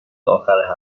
آخر